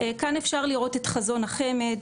כאן אפשר לראות את חזון החמ"ד,